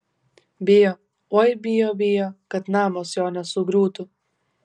bijo oi bijo bijo kad namas jo nesugriūtų